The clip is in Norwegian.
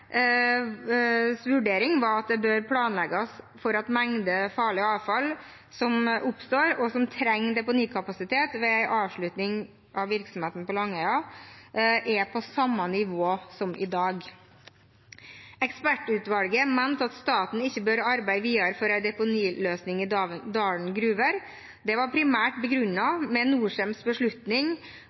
vurdering var at det bør planlegges for at mengde farlig avfall som oppstår, og som trenger deponikapasitet ved en avslutning av virksomheten på Langøya, er på samme nivå som i dag. Ekspertutvalget mente at staten ikke bør arbeide videre for en deponiløsning i Dalen gruver. Det var primært begrunnet med Norcems beslutning